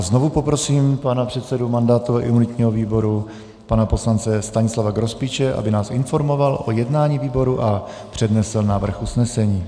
Znovu poprosím pana předsedu mandátového a imunitního výboru, pana poslance Stanislava Grospiče, aby nás informoval o jednání výboru a přednesl návrh usnesení.